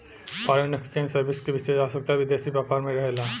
foreign exchange service के विशेष आवश्यकता विदेशी व्यापार में रहेला